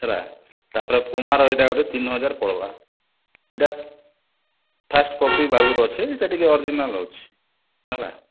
ହେଲା ତାପରେ ପୁମାର ଏଇଟା ଗୁଟେ ତିନ୍ ହଜାର୍ ପଡ଼୍ବା ଏଇଟା ଫାର୍ଷ୍ଟ୍ କପି ଅଛି ଏଇଟା ଟିକେ ଅର୍ଜିନାଲ୍ ଅଛି ହେଲା